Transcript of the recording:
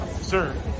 Sir